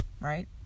right